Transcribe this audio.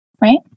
right